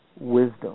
wisdom